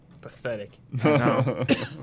Pathetic